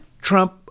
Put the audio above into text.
Trump